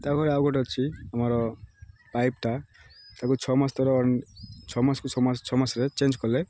ତା'ପରେ ଆଉ ଗୋଟେ ଅଛି ଆମର ପାଇପ୍ଟା ତାକୁ ଛଅ ମାସ ଥରେ ଛଅ ମାସକୁ ଛଅ ମାସ ଛଅ ମାସରେ ଚେଞ୍ଜ୍ କଲେ